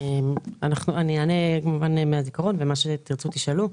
אני אענה מהזיכרון וכל מה שתרצו תשאלו.